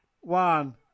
One